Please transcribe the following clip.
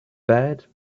bad